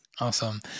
Awesome